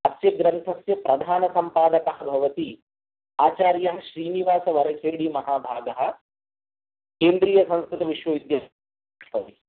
अस्य ग्रन्थस्य प्रधानसम्पादकः भवति आचार्यः श्रीनिवासवर्खेडि महाभागः केन्द्रीयसंस्कृतविश्वविद्याल